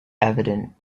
evident